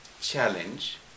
challenge